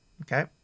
okay